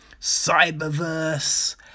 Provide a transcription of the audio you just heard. Cyberverse